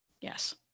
Yes